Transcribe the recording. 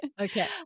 Okay